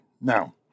Now